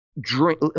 drink